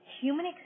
human